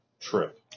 trip